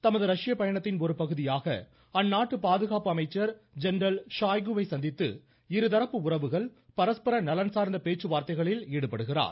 தமது ரஷ்ய பயணத்தின் ஒருபகுதியாக அந்நாட்டு பாதுகாப்பு அமைச்சர் ஜெனரல் ஷாய்குவை சந்தித்து இருதரப்பு உறவுகள் பரஸ்பர நலன்சார்ந்த பேச்சு வார்த்தைகளில் ஈடுபடுகிறார்